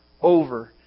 over